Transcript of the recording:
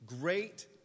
great